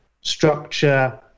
structure